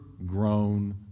grown